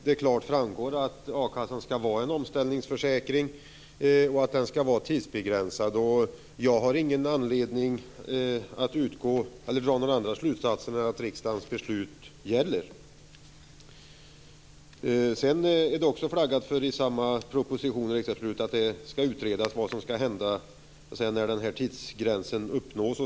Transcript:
Det framgår där klart att akassan skall vara en omställningsförsäkring och att den skall vara tidsbegränsad. Jag har ingen anledning att dra någon annan slutsats än att riksdagens beslut gäller. I samma proposition och riksdagsbeslut är det också flaggat för att det skall utredas vad som skall hända när den här tidsgränsen uppnås.